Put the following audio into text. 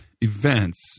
events